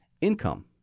income